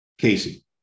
Casey